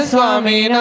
Swami